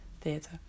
theatre